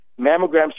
mammograms